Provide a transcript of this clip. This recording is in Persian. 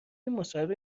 مصاحبه